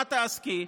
במה תעסקי.